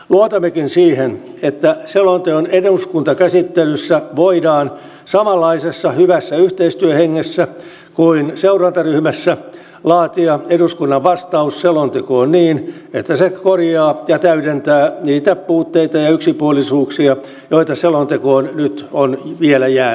luotammekin siihen että selonteon eduskuntakäsittelyssä voidaan samanlaisessa hyvässä yhteistyöhengessä kuin seurantaryhmässä laatia eduskunnan vastaus selontekoon niin että se korjaa ja täydentää niitä puutteita ja yksipuolisuuksia joita selontekoon nyt on vielä jäänyt